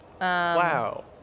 Wow